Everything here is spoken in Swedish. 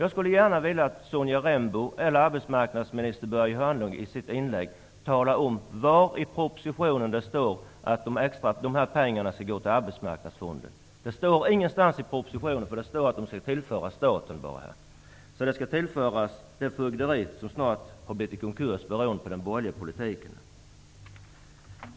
Jag skulle gärna vilja att Hörnlund i sitt inlägg, talar om var i propositionen det står att dessa pengar skall gå till Arbetsmarknadsfonden. Det står ingenstans i propositionen. Där står bara att medlen skall tillföras staten. De skall tillföras det fögderi som snart har gått i konkurs beroende på den borgerliga politiken.